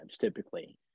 typically